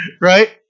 Right